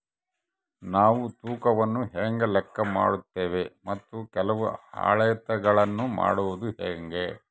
ನಾವು ತೂಕವನ್ನು ಹೇಗೆ ಲೆಕ್ಕ ಹಾಕುತ್ತೇವೆ ಮತ್ತು ಕೆಲವು ಅಳತೆಗಳನ್ನು ಮಾಡುವುದು ಹೇಗೆ?